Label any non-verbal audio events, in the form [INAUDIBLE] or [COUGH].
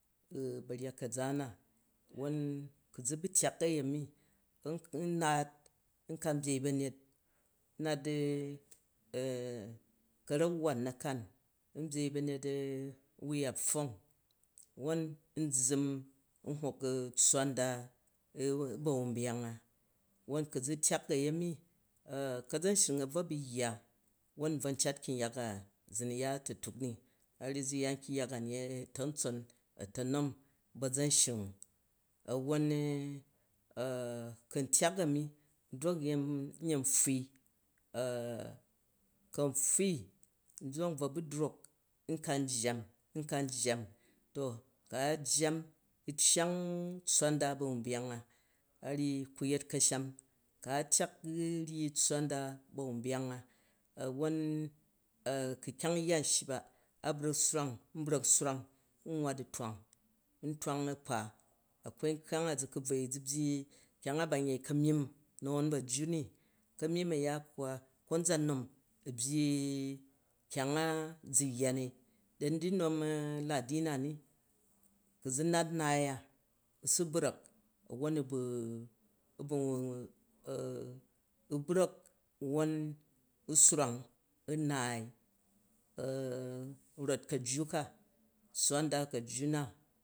[HESITATION] ba̱ryat ka̱za na wwo ku zu̱ bu tyak a̱yemi, m na naat n ka byei ba̱nyet n nat [HESITATION] ka̱rak wwat nakan n byen ba̱nyet wui ya pfong wwon n zzʉm n hom tsswa ndaa bawumbayat a wwon ku̱ zu̱ tyak a̱yemi, ka̱za̱shring a̱ bvo bu yya, wwon nbvon cat kyangya na zu̱ ni ya a̱ta̱tuk ni. To a ryyi zu̱ ya nkyangya na nyang a̱ta̱tson, a̱ta̱nom bu a̱za̱nshring a̱wwon [HESITATION] kuntyak a̱mi ndrokn yen pfun, ku̱ n pfun, n drok, n bvo bu drok n kan jjam, n kam jjam, ku a jjam u̱ ryyi tssa-nda ba̱wumbayang a, a̱ ryyi ku yet ka̱sham ku̱ a tyak ryyi tssa-nda ba̱wum bayangi a, ku̱ kyang-yya anshiyi ba, a bra̱k swrang, n brak swrang nwwa du̱twang, n twag a kpan akwai nkkang zu̱ byyi kyang a ba n ka̱myim nawon ba̱jju ni. Ka̱mi uya koa, kon zan nnom byyi kyang a zu̱ yya ni, da̱ mi du̱ nom ladi na mi, ku̱ zu̱ nat naai a, u su̱ brạlli wwon u̱ [HESITATION] bra̱k wwon swrang u̱ naai [HESITATION] rot tssa n daa kajji na, rot kajjuka